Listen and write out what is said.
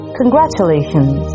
congratulations